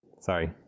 Sorry